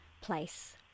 place